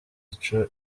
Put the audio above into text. ico